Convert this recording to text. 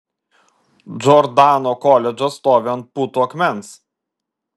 džordano koledžas stovi ant putų akmens